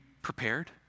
prepared